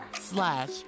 slash